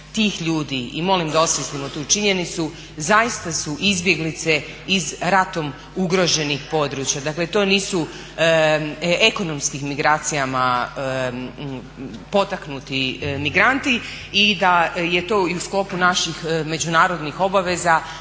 tih ljudi i molim da osvjesnimo tu činjenicu zaista su izbjeglice iz ratom ugroženih područja. Dakle to nisu ekonomskim migracijama potaknuti migranti i da je to i u sklopu naših međunarodnih obaveza